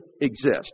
exist